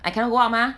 I cannot go out mah